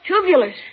tubulars